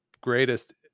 greatest